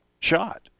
shot